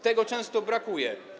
Tego często brakuje.